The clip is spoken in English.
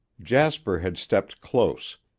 jasper had stepped close.